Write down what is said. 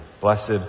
blessed